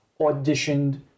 auditioned